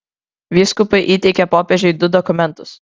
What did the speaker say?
vyskupai įteikė popiežiui du dokumentus